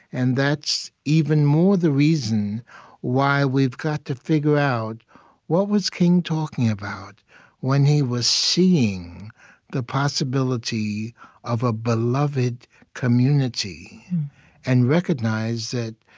and that's even more the reason why we've got to figure out what was king talking about when he was seeing the possibility of a beloved community and recognized that,